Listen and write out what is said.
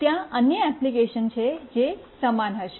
ત્યાં અન્ય એપ્લિકેશન છે જે સમાન હશે